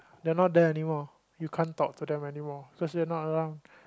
they're not there anymore you can't talk to them anymore cause she's not around